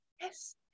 Yes